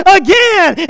again